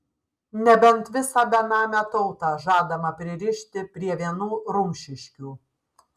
nebent visą benamę tautą žadama pririšti prie vienų rumšiškių